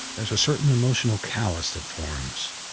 there's a certain emotional callus that forms.